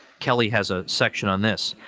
kelly has a section on this.